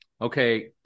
okay